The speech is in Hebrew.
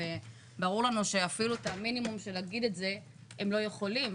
וברור לנו שאפילו את המינימום של להגיד את זה הם לא יכולים,